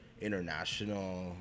international